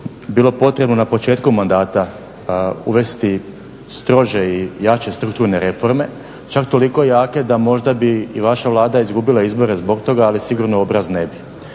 bilo potrebno na početku mandata uvesti strože i jače strukturne reforme. Čak toliko jake da možda bi i vaša Vlada izgubila izbore zbog toga ali sigurno obraz ne bi.